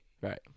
Right